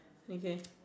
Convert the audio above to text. okay